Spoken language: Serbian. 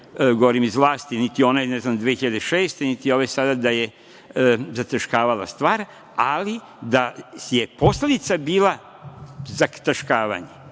govorim iz vlasti, niti one, ne znam, 2006. godine, niti ove sada, da je zataškavala stvar, ali da je posledica bila zataškavanje,